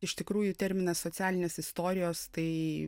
iš tikrųjų terminas socialinės istorijos tai